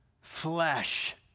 flesh